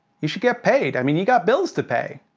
you should get paid. i mean, you got bills to pay.